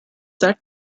that